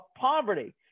poverty